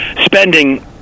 spending